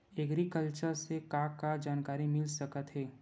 Agriculture से का का जानकारी मिल सकत हे?